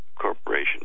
Corporation